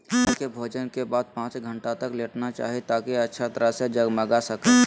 गाय के भोजन के बाद पांच घंटा तक लेटना चाहि, ताकि अच्छा तरह से जगमगा सकै